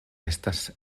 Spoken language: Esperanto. estas